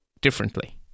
differently